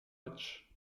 matchs